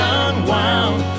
unwound